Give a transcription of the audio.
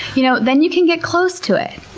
you know then you can get close to it.